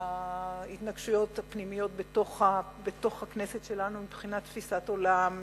ההתנגשויות הפנימיות בכנסת שלנו מבחינת תפיסת עולם,